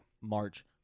March